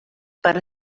per